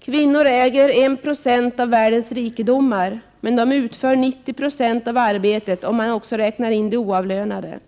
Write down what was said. Kvinnor äger 1 96 av världens rikedomar, men de utför 90 96 av arbetet, om man också räknar det oavlönade arbetet.